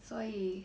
所以